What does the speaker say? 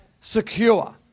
secure